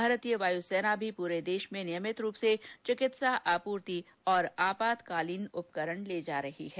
भारतीय वायुसेना भी पूरे देश में नियमित रूप से चिकित्सा आपूर्ति और आपांतकालीन उपकरण ले जा रही है